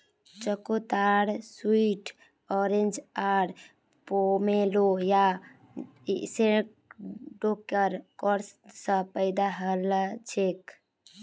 चकोतरा sweet orange आर pomelo या शैडॉकेर क्रॉस स पैदा हलछेक